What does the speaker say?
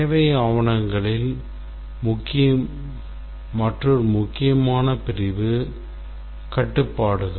தேவை ஆவணங்களில் மற்றொரு முக்கியமான பிரிவு கட்டுப்பாடுகள்